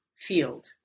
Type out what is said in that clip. field